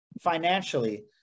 financially